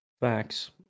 Facts